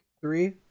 Three